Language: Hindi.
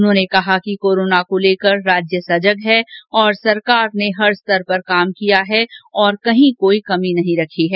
उन्होंने कहा कि कोरोना को लेकर राज्य सजग है और सरकार हर स्तर पर काम किया है और कहीं कोई कमी नहीं रखी है